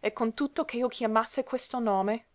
e con tutto che io chiamasse questo nome